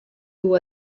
duu